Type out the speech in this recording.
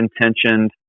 intentioned